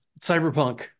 cyberpunk